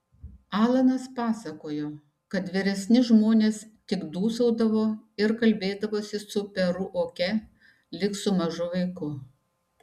alanas pasakojo kad vyresni žmonės tik dūsaudavo ir kalbėdavosi su peru oke lyg su mažu vaiku